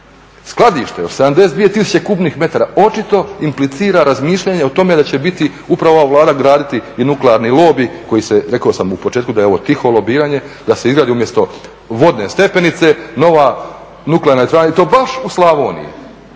skladište od 72 tisuće kubnih metara očito implicira razmišljanje o tome da će biti upravo ova Vlada graditi i nuklearni lobi koji se, rekao sam u početku da je ovo tiho lobiranje, da se izgradi umjesto vodne stepenice nova nuklearna elektrana i to baš u Slavoniji.